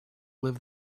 live